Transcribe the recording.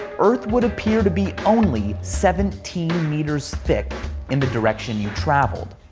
earth would appear to be only seventeen metres thick in the direction you travel.